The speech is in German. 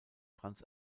franz